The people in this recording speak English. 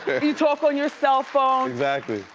you talk on your cell phone. exactly,